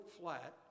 flat